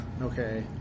Okay